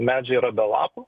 medžiai yra be lapų